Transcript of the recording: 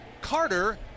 Carter